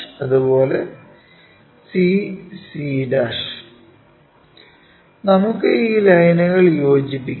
അതുപോലെ c c' നമുക്കു ഈ ലൈനുകൾ യോജിപ്പിക്കാം